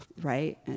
Right